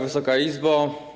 Wysoka Izbo!